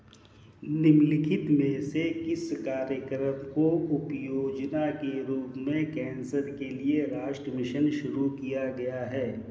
निम्नलिखित में से किस कार्यक्रम को उपयोजना के रूप में कैंसर के लिए राष्ट्रीय मिशन शुरू किया गया है?